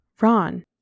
Ron